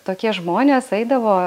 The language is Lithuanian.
tokie žmonės eidavo